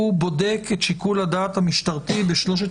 הוא בודק את שיקול הדעת המשטרתי בשלושת